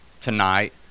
tonight